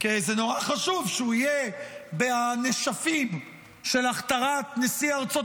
זה נורא חשוב שהוא יהיה בנשפים של הכתרת נשיא ארצות